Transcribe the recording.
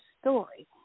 story